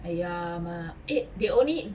!aiya! ma~ eh they only